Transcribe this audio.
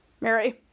Mary